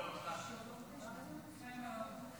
הסדרת הזכויות של יתומים בוגרים),